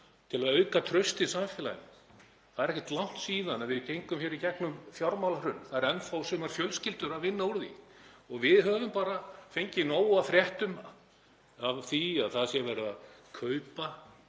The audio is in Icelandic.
til að auka traust í samfélaginu. Það er ekkert langt síðan við gengum hér í gegnum fjármálahrun. Það eru enn þá sumar fjölskyldur að vinna úr því. Við höfum bara fengið nóg af fréttum af því að það sé verið að kaupa